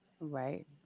Right